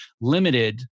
limited